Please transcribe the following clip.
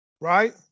Right